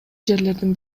жерлердин